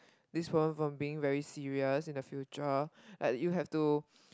this problem from being very serious in the future like you have to